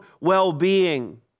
well-being